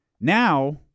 Now